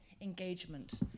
engagement